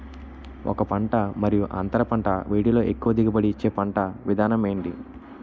ఒక పంట మరియు అంతర పంట వీటిలో ఎక్కువ దిగుబడి ఇచ్చే పంట విధానం ఏంటి?